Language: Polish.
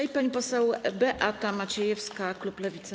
I pani poseł Beata Maciejewska, klub Lewica.